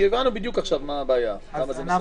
הבנו עכשיו בדיוק מה הבעיה, למה זה מסבך.